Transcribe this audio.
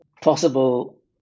possible